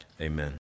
amen